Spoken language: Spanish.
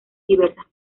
diversas